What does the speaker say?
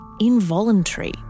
involuntary